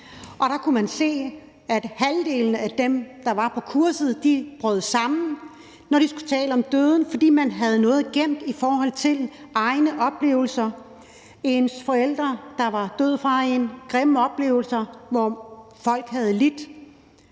og der kunne jeg se, at halvdelen af dem, der var på kurset, brød sammen, når de skulle tale om døden, fordi der lå noget gemt i forhold til deres egne oplevelser: forældrenes død og grimme oplevelser med, at folk havde lidt,